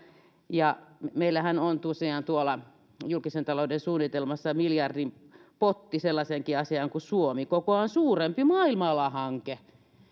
ja meillähän on tosiaan tuolla julkisen talouden suunnitelmassa miljardin potti sellaiseenkin asiaan kuin suomi kokoaan suurempi maailmalla hanke